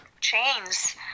chains